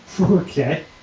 Okay